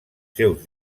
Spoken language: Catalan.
seus